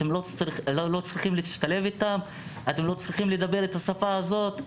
אתם לא צריכים להשתלב איתם ולא לדבר את השפה הזאת,